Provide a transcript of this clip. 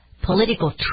Political